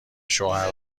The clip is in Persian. شوهر